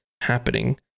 happening